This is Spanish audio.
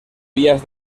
vías